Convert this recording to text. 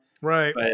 Right